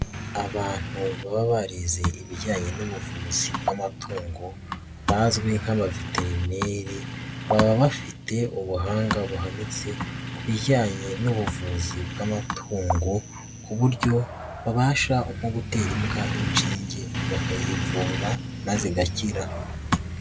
Abantu baba barize ibijyanye n'ubuvuzi bw'amatungo bazwi nk'abaveteneri baba bafite ubuhanga buhanitse ku bijyanye n'ubuvuzi bw'amatungo ku buryo babasha nko gutera imbwa inshinge bakayivura maze igakira.